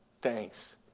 Thanks